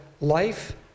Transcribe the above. life